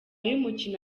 y’umukino